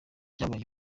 byabaye